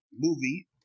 movie